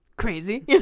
crazy